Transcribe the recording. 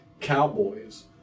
Cowboys